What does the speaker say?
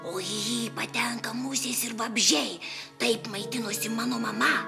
o į jį patenka musės ir vabzdžiai taip maitinosi mano mama